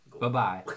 Bye-bye